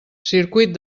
circuit